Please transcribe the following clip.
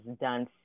done